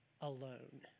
alone